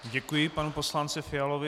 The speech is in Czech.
Děkuji panu poslanci Fialovi.